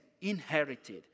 inherited